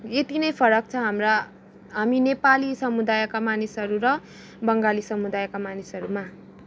यति नै फरक छ हाम्रा हामी नेपाली समुदायका मानिसहरू र बङ्गाली समुदायका मानिसहरूमा